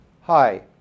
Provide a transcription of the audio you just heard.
Hi